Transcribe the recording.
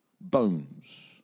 bones